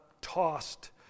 tossed